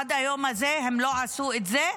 עד היום הזה הם לא עשו את זה,